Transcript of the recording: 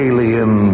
Alien